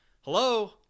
hello